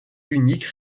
unique